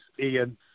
Ian